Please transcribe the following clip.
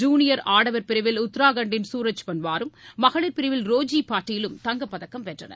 ஜுளியர் ஆடவர் பிரிவில் உத்தரகாண்டின் சூரஜ் பன்வாரும் மகளிர் பிரிவில் ரோஜி பட்டீலும் தங்கப்பதக்கம் வென்றனர்